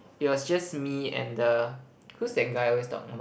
it was just me and the who's that guy always talk about